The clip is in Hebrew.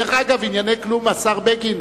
דרך אגב, ענייני כלום, השר בגין,